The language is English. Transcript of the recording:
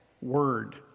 word